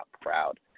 proud